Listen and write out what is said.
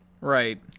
right